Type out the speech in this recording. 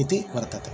इति वर्तते